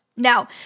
Now